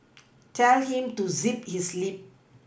tell him to zip his lip